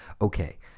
okay